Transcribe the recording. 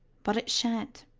but it shan't.